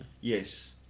Yes